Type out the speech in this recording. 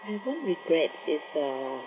I won't regret it's uh